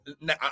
now